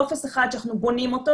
טופס אחד שאנחנו בונים אותו.